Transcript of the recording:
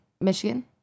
Michigan